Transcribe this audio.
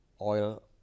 oil